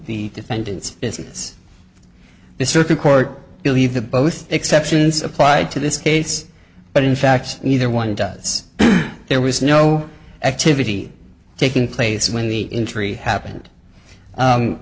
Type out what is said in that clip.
the defendant's business the circuit court believe that both exceptions applied to this case but in fact neither one does there was no activity taking place when the injury happened